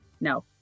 No